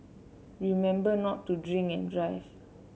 remember not to drink and drive